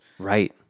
Right